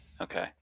Okay